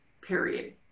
Period